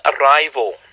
arrival